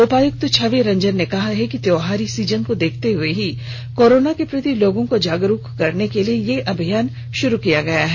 उपायुक्त छवि रंजन ने कहा कि त्योहारी सीजन को देखते हुए ही कोरोना के प्रति लोगों को जागरुक करने के लिए यह अभियान शुरू किया गया है